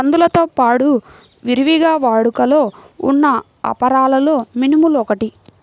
కందులతో పాడు విరివిగా వాడుకలో ఉన్న అపరాలలో మినుములు ఒకటి